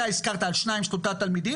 כפי שאתה הזכרת על שניים או שלושה תלמידים.